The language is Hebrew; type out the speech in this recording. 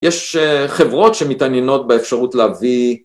יש חברות שמתעניינות באפשרות להביא...